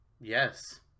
Yes